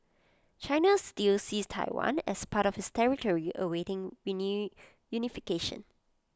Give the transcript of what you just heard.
China still sees Taiwan as part of its territory awaiting reunification